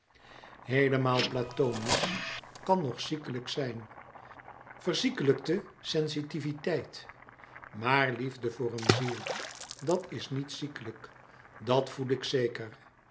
heelemaal platonisch kan nog ziekelijk zijn verziekelijkte sensitiviteit maar liefde voor een ziel dat is niet ziekelijk dat voel ik zeker